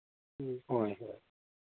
ꯎꯝ ꯍꯣꯏ ꯍꯣꯏ